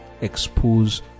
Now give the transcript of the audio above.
expose